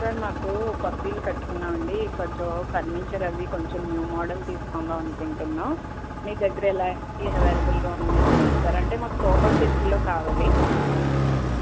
sir మాకు కొత్త ఇల్లు కట్టుకున్నాం అండి కొంచం ఫర్నిచర్ అవి కొంచెం న్యూ మోడల్ తీసుకుందాం అనుకుంటున్నాం మీ దగ్గర ఎలాంటివి అవైలబుల్గా ఉన్నాయో చూపిస్తారా అంటే మాకు సోఫా సెట్లలో కావాలి